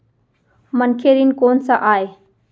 मनखे ऋण कोन स आय?